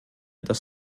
dass